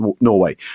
Norway